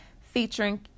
featuring